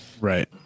Right